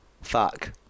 fuck